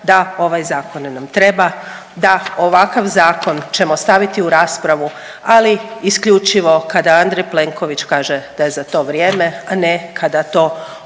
da ovaj zakon nam treba, da ovakav zakon ćemo staviti u raspravu ali isključivo kada Andrej Plenković kaže da je za to vrijeme, a ne kada to oporba